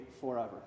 forever